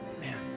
Man